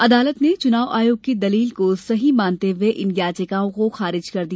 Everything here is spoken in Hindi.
अदालत ने चुनाव आयोग की दलील को सही मानते हुए इन याचिकाओं को खारिज कर दिया